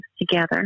together